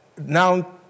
now